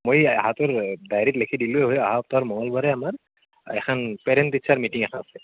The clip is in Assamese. মই তাহাঁতৰ ডায়েৰীত লিখি দিলোঁ হয় অহা সপ্তাহৰ মংগলবাৰে আমাৰ এখন পেৰেণ্ট টিচাৰৰ মিটিং এখন আছে